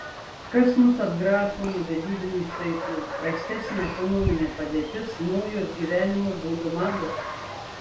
kas mus atgraso nuo vedybinių saitų prastesnė ekonominė padėtis naujos gyvenimo būdo mados